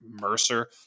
Mercer